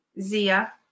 Zia